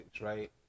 right